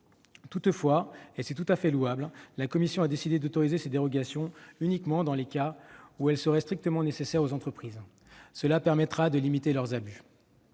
Toutefois, et c'est tout à fait louable, la commission a décidé d'autoriser ces dérogations uniquement dans les cas où elles seraient strictement nécessaires aux entreprises. Cela permettra de limiter les abus.